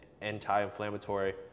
anti-inflammatory